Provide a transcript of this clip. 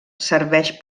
serveix